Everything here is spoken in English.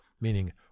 meaning